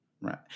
Right